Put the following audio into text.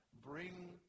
bring